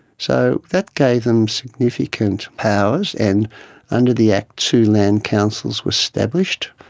so that gave them significant powers, and under the act two land councils were established,